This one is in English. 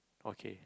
okay